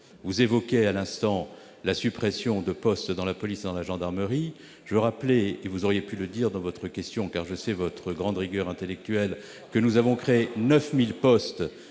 Vous avez évoqué la suppression de postes dans la police et la gendarmerie. Je veux rappeler- vous auriez pu le dire dans votre question, car je sais votre grande rigueur intellectuelle -que nous avons créé 9 000 postes